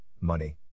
money